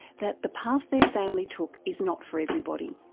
that the path their family took is not for everybody,